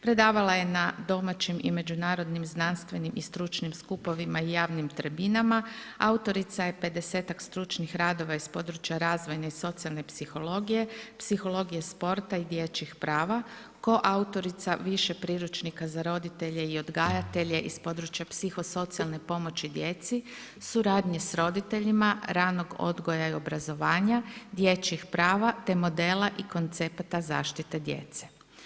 Predavala je na domaćim i međunarodnim znanstvenim i stručnim skupovima i javnim tribinama, autorica je pedesetak stručnih radova iz područja razvojne i socijalne psihologije, psihologije sporta i dječjih prava, koautorica više priručnika za roditelje i odgajatelje iz područja psihosocijalne pomoći djeci, suradnje s roditeljima ranog odgoja i obrazovanja, dječjih prava te modela i koncepta zaštite djece.